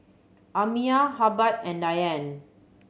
Amiyah Hubbard and Dianne